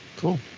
Cool